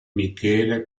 michele